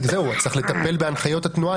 אז צריך לטפל בהנחיות התנועה.